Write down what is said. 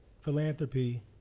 philanthropy